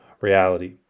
reality